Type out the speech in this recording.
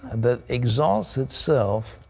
that exalts itself,